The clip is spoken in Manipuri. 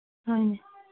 ꯍꯣꯏꯅꯦ